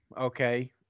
okay